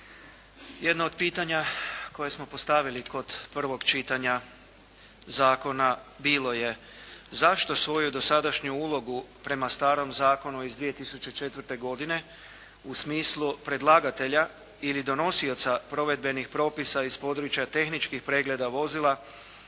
Jedno od pitanja koje smo postavili kod prvog čitanja zakona bilo je zašto svoju dosadašnju ulogu prema starom zakonu iz 2004. godine u smislu predlagatelja ili donosioca provedbenih propisa iz područja tehničkih pregleda vozila